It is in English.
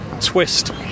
twist